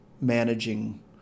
managing